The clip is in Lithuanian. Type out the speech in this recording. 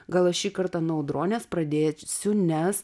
gal aš šį kartą nuo audronės pradėsiu nes